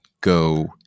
go